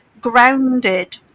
grounded